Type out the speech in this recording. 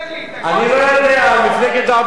מפלגת העבודה לא מחפשת קולות.